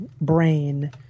brain